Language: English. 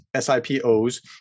SIPOs